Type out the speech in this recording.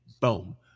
Boom